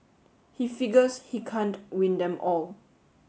he figures he can't win them all